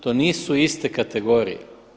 To nisu iste kategorije.